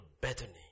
Bethany